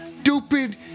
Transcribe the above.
stupid